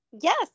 Yes